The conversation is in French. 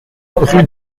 rue